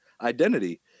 identity